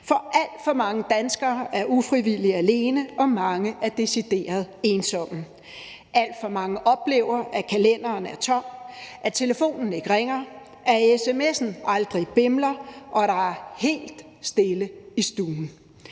For alt for mange danskere er ufrivilligt alene, og mange er decideret ensomme. Altså oplever mange, at kalenderen er tom, at telefonen ikke ringer, at sms'en aldrig bimler, og at der er helt stille i stuen.